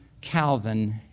Calvin